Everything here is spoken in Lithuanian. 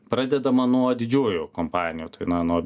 pradedama nuo didžiųjų kompanijų tai na nuo